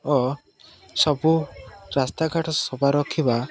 ଓ ସବୁ ରାସ୍ତାଘାଟ ସଫା ରଖିବା